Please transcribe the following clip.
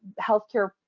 healthcare